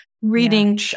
reading